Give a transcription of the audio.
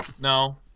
no